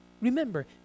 Remember